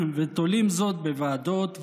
ותולים זאת בוועדות,